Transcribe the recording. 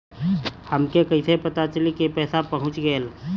हमके कईसे पता चली कि पैसा पहुच गेल?